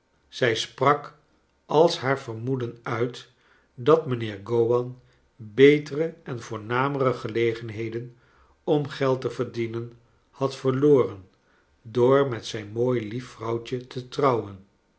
zij sprak als haar vermoeden uit dat mijnheer gowan betere en voornamere gelegenheden om geld te verdienen had verloren door met zijn mooi lief vrouwtje te trouwen